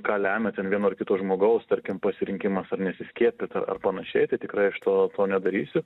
ką lemia ten vieno ar kito žmogaus tarkim pasirinkimas ar nesiskiepyt ar ar panašiai tai tikrai aš to nedarysiu